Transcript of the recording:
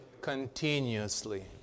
Continuously